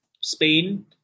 Spain